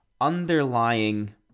underlying